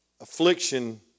Affliction